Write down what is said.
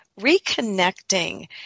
reconnecting